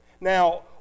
now